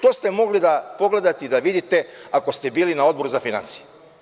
To ste mogli da pogledate i da vidite ako ste bili na Odboru za finansije.